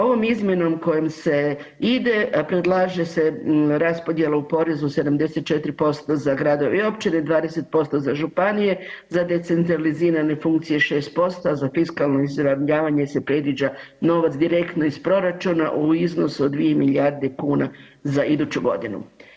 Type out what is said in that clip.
Ovom izmjenom kojom se ide, a predlaže se raspodjela u porezu 74% za gradove i općine, 20% za županije, za decentralizirane funkcije 6%, a za fiskalno izravnavanje se predviđa novac direktno iz proračuna u iznosu od 2 milijarde kuna za iduću godinu.